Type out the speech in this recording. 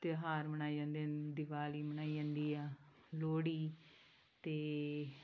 ਤਿਉਹਾਰ ਮਨਾਏ ਜਾਂਦੇ ਹਨ ਦੀਵਾਲੀ ਮਨਾਈ ਜਾਂਦੀ ਆ ਲੋਹੜੀ ਅਤੇ